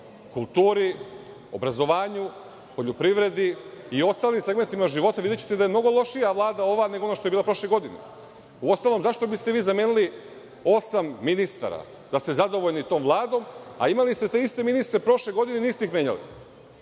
kulturi, obrazovanju, poljoprivredi i ostalim segmentima života, videćete da je mnogo lošija ova vlada nego ona što je bila prošle godine. Uostalom, zašto biste vi zamenili osam ministara da ste zadovoljni tom vladom, a imali ste te iste ministre prošle godine i niste ih menjali. Kada